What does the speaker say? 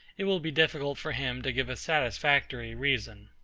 it will be difficult for him to give a satisfactory reason.